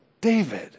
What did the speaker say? David